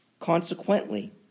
Consequently